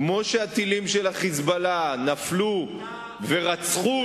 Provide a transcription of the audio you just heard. וכמו שהטילים של ה"חיזבאללה" נפלו ורצחו,